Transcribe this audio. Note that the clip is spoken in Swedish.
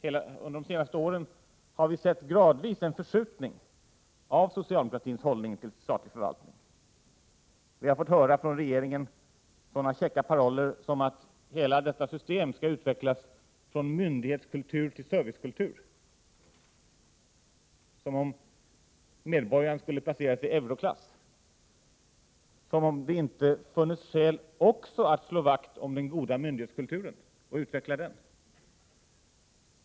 Under de senaste åren har vi sett en gradvis förskjutning av socialdemokratins hållning till statlig förvaltning. Vi har från regeringen fått höra sådana käcka paroller som att hela detta system skall utvecklas från myndighetskultur till servicekultur — som om medborgarna skulle placeras i Euroklass, som om det inte funnes skäl att också slå vakt om den goda myndighetskulturen och utveckla den.